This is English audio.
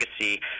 legacy